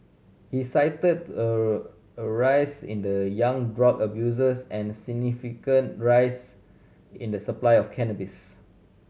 he cited a rise in the young drug abusers and significant rise in the supply of cannabis